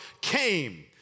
came